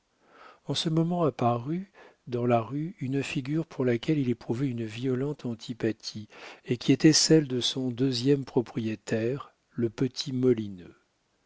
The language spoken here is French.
en ce moment apparut dans la rue une figure pour laquelle il éprouvait une violente antipathie et qui était celle de son deuxième propriétaire le petit